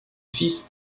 fils